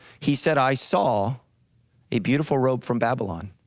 he said, i saw a beautiful robe from babylon,